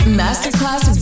masterclass